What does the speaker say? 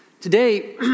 Today